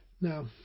Now